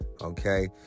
okay